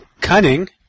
Cunning